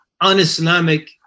un-Islamic